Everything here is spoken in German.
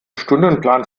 stundenplan